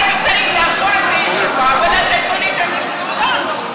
היית צריך לעצור את הישיבה ולתת לו להיכנס לאולם.